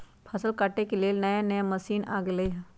फसल काटे के लेल नया नया मशीन आ गेलई ह